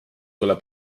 tule